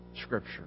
Scripture